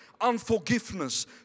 Unforgiveness